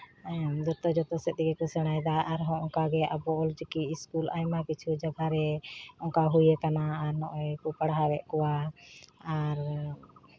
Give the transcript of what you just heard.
ᱡᱚᱛᱚ ᱡᱚᱛᱚ ᱥᱮᱫ ᱛᱮᱜᱮ ᱠᱚ ᱥᱮᱬᱟᱭᱮᱫᱟ ᱟᱨᱦᱚᱸ ᱚᱱᱠᱟᱜᱮ ᱟᱵᱚ ᱚᱞᱪᱤᱠᱤ ᱤᱥᱠᱩᱞ ᱟᱭᱢᱟ ᱠᱤᱪᱷᱩ ᱡᱟᱭᱜᱟ ᱨᱮ ᱚᱱᱠᱟ ᱦᱩᱭ ᱟᱠᱟᱱᱟ ᱟᱨ ᱱᱚᱜᱼᱚᱭ ᱠᱚ ᱯᱟᱲᱦᱟᱣᱮᱫ ᱠᱚᱣᱟ ᱟᱨ